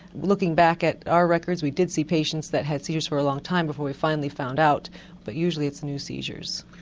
looking back at our records we did see patients that had seizures for a long time before we finally found out but usually it's new seizures.